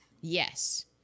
Yes